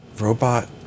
Robot